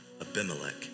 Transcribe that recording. Abimelech